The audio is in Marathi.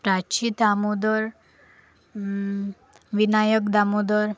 प्राची दामोदर विनायक दामोदर